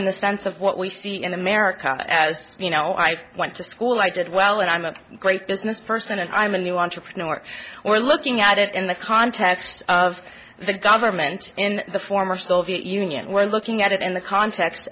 in the sense of what we see in america as you know i went to school i did well and i'm a great business person and i'm a new entrepreneur or looking at it in the context of the government in the former soviet union we're looking at it in the context